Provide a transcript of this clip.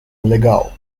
legal